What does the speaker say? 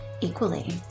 equally